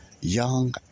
young